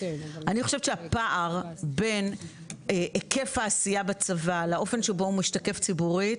אני חושבת שהפער בין היקף העשייה בצבא לאופן שבו הוא משתקף ציבורית,